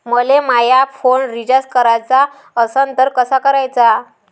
मले माया phone recharge कराचा असन तर कसा कराचा?